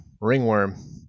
ringworm